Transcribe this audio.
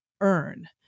earn